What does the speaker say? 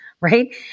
right